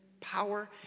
power